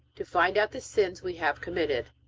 to find out the sins we have committed.